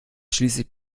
schließlich